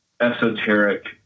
esoteric